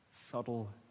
subtle